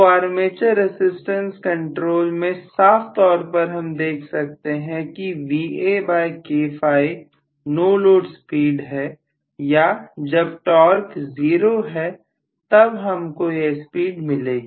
तो armature resistance control में साफ तौर पर हम देख सकते हैं कि नो लोड स्पीड है या जब टॉर्क जीरो है तब हमको यह स्पीड मिलेगी